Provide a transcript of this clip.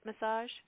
massage